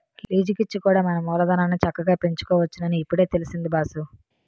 లీజికిచ్చి కూడా మన మూలధనాన్ని చక్కగా పెంచుకోవచ్చునని ఇప్పుడే తెలిసింది బాసూ